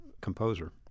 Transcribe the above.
composer